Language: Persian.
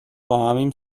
باهمیم